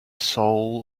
soul